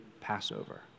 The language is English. Passover